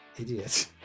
idiot